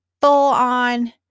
full-on